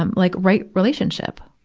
um like right relationship.